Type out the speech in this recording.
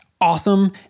awesome